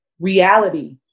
Reality